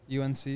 UNC